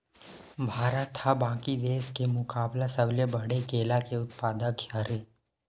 भारत हा बाकि देस के मुकाबला सबले बड़े केला के उत्पादक हरे